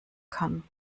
kann